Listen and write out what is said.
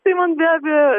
tai man be abejo